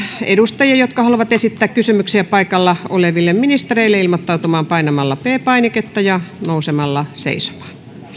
edustajia jotka haluavat esittää kysymyksiä paikalla oleville ministereille ilmoittautumaan painamalla p painiketta ja nousemalla seisomaan